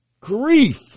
Grief